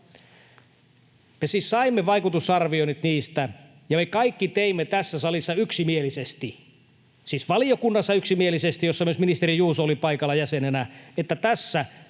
saimme vaikutusarvioinnit niistä, ja me kaikki tässä salissa yksimielisesti — siis yksimielisesti sekä valiokunnassa, jossa myös ministeri Juuso oli paikalla jäsenenä, että tässä,